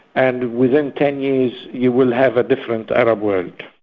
and within ten years, you will have a different arab world.